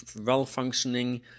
well-functioning